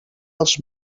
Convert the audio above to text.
els